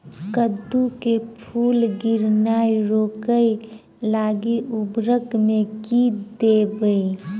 कद्दू मे फूल गिरनाय रोकय लागि उर्वरक मे की देबै?